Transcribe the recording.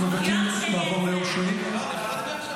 ועושים ביום שני הצבעה.